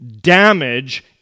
damage